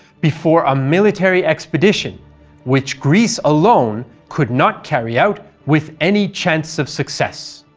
before a military expedition which greece alone could not carry out with any chance of success.